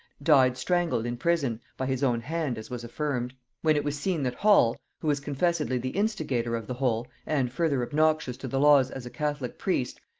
died strangled in prison, by his own hand as was affirmed when it was seen that hall, who was confessedly the instigator of the whole, and further obnoxious to the laws as a catholic priest,